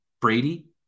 Brady